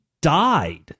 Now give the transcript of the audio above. died